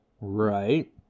Right